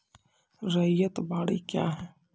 रैयत बाड़ी क्या हैं?